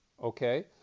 Okay